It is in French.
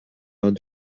lors